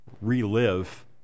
relive